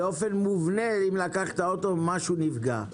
באופן מובנה אם לקחת רכב, משהו נפגע.